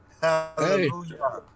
Hallelujah